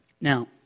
Now